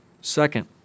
Second